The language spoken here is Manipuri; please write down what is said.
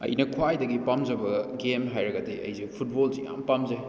ꯑꯩꯅ ꯈ꯭ꯋꯥꯏꯗꯒꯤ ꯄꯥꯝꯖꯕ ꯒꯦꯝ ꯍꯥꯏꯔꯒꯗꯤ ꯑꯩꯁꯦ ꯐꯨꯠꯕꯣꯜꯁꯤ ꯌꯥꯝꯅ ꯄꯥꯝꯖꯩ